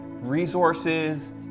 resources